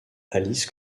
alice